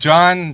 John